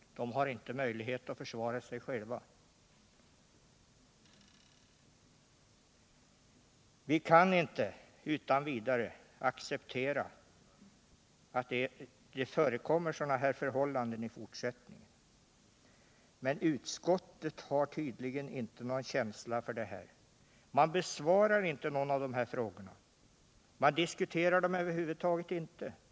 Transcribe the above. De har inte möjlighet att försvara sig själva. Vi kan inte utan vidare acceptera att det förekommer sådana här förhållanden i fortsättningen. Men utskottet har tydligen inte någon känsla för detta. Utskottet besvarar inte någon av de här frågorna. De diskuteras över huvud taget inte i betänkandet.